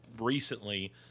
recently